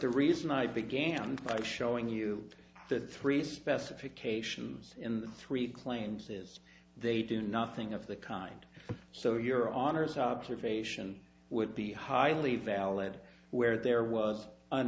the reason i began by showing you the three specifications in the three planes is they do nothing of the kind so your honour's observation would be highly valid where there was an